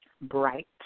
bright